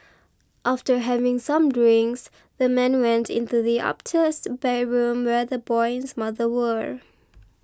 after having some drinks the man went into the upstairs bedroom where the boy and his mother were